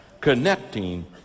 Connecting